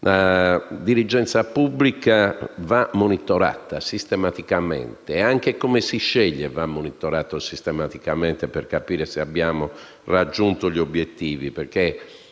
La dirigenza pubblica va monitorata sistematicamente. Anche il metodo di selezione va monitorato sistematicamente per capire se abbiamo raggiunto gli obiettivi.